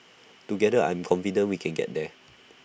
together I am confident we can get there